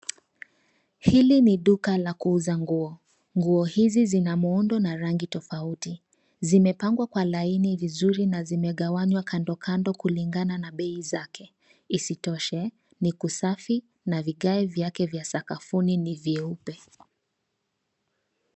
Hili ni duka la kuuza nguo. Nguo hizi zina muhundo na rangi tofauti, zimepangwa kwa laini vizuri na zimegawanwa kandokando kulingana na bei zake. Isitoshe, ni kusafi na vigai vyake vya sakafuni ni vyeupe.